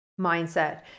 mindset